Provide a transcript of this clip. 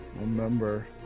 remember